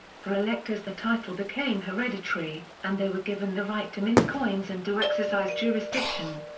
for electors the title became hereditary, and they were given the right to mint coins and to exercise jurisdiction.